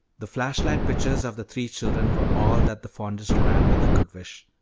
the flash-light pictures of the three children were all that the fondest grandmother could wish.